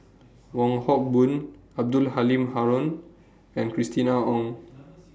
Wong Hock Boon Abdul Halim Haron and Christina Ong